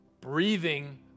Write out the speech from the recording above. breathing